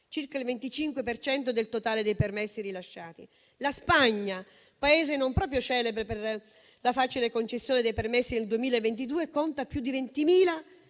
circa il 25 per cento del totale dei permessi rilasciati. La Spagna, Paese non proprio celebre per la facile concessione dei permessi, nel 2022 conta più di 20.000